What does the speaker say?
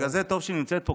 בגלל זה טוב שהיא נמצאת פה,